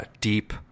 deep